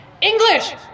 English